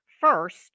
First